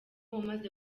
umaze